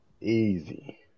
Easy